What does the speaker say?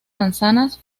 manzanas